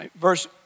Verse